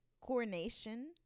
Coronation